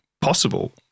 possible